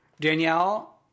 Danielle